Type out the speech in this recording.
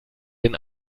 den